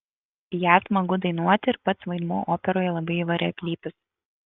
ją smagu dainuoti ir pats vaidmuo operoje labai įvairialypis